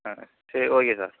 ஆ சரி okay sir